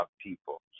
people